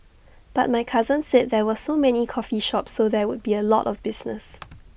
but my cousin said there were so many coffee shops so there would be A lot of business